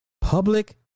Public